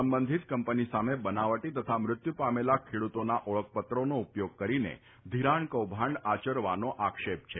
સંબંધીત કંપની સામે બનાવટી તથા મૃત્યુ પામેલા ખેડૂતોના ઓળખપત્રોનો ઉપયોગ કરીને ઘિરાણ કૌભાંડ આચરવાનો આક્ષેપ છે